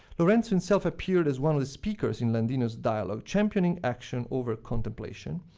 lorenzo himself appeared as one of the speakers in landino's dialogue, championing action over contemplation,